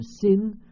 sin